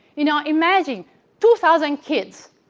you know, imagine two thousand kids,